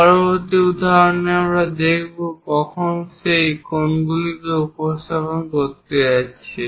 পরবর্তী উদাহরণে আমরা দেখব কখন আমরা সেই কোণগুলিকে উপস্থাপন করতে যাচ্ছি